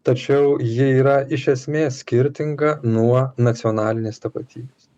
tačiau ji yra iš esmės skirtinga nuo nacionalinės tapatybės